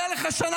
למה שמרת עליו?